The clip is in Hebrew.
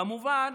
כמובן